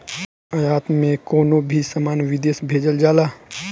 आयात में कवनो भी सामान विदेश भेजल जाला